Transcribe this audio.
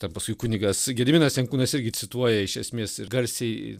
ten paskui kunigas gediminas jankūnas irgi cituoja iš esmės ir garsiai